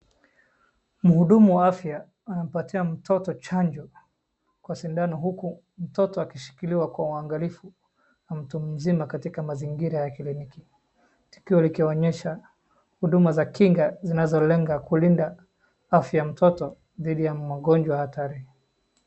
Muhudumu wa afya anampatia mtoto chajo kwa sindano, huku mtoto akishikiliwa kwa uhangalifu na mtu mzima katika mazingira ya kliniki. Tukio likionyesha huduma za kinga zinazolenga kulinda afya ya mtoto dhidi ya magonjwa hatari.